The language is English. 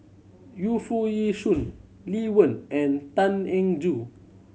Yu Foo Yee Shoon Lee Wen and Tan Eng Joo